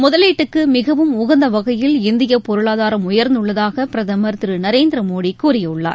முதலீட்டுக்கு மிகவும் உகந்த வகையில் இந்திய பொருளாதாரம் உயர்ந்துள்ளதாக பிரதமர் திரு நரேந்திர மோடி கூறியுள்ளார்